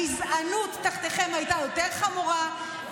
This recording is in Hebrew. הגזענות תחתיכם הייתה יותר חמורה,